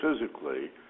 physically